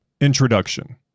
Introduction